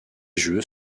jeux